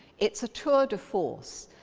it's a tour de force.